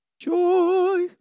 Joy